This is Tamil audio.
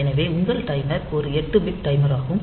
எனவே உங்கள் டைமர் ஒரு 8 பிட் டைமர் ஆகும்